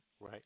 Right